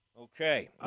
Okay